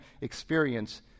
experience